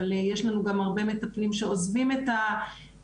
אבל יש לנו גם הרבה מטפלים שעוזבים את התפקיד,